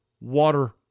Water